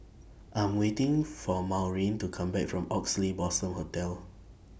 I'm waiting For Maureen to Come Back from Oxley Blossom Hotel